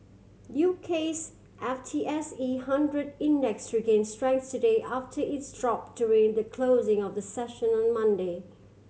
UK's F T S E hundred Index regain strength today after its drop during the closing of the session on Monday